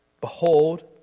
Behold